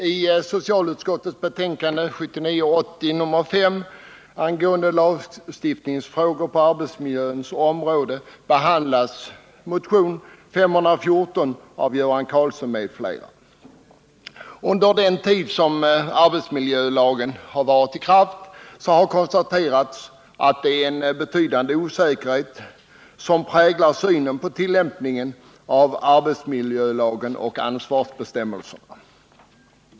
I socialutskottets betänkande 1979/80:5 angående lagstiftningsfrågor på arbetsmiljöns område behandlas motion 514 av Göran Under den tid som arbetsmiljölagen har varit i kraft har konstaterats att det är en betydande osäkerhet som präglar synen på tillämpningen av arbetsmiljölagen och ansvarsbestämmelserna.